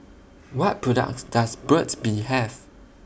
What products Does Burt's Bee Have